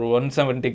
170